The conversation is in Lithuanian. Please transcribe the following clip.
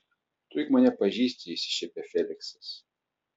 tu juk mane pažįsti išsišiepia feliksas